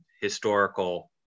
historical